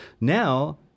now